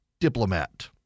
diplomat